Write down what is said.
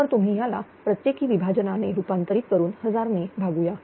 तर तुम्ही याला प्रत्येकी विभाजनाने रूपांतरित करून 1000 ने भागूया